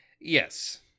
Yes